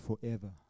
forever